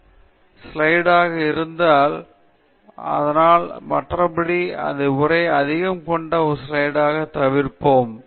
உதாரணமாக இந்த ஸ்லைடில் நிறைய உரை உள்ளது ஆனால் அது சுருக்கம் ஸ்லைடாக இருப்பதால் தான் ஆனால் மற்றபடி நாம் உரைக்கு அதிகம் கொண்ட ஒரு ஸ்லைடில் த் தவிர்ப்போம்